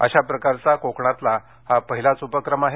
अशा प्रकारचा कोकणातला हा पहिलाच उपक्रम आहे